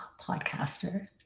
podcaster